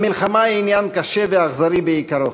"המלחמה היא עניין קשה ואכזרי בעיקרו,